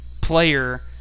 player